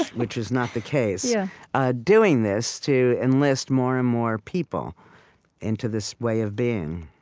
which is not the case yeah ah doing this to enlist more and more people into this way of being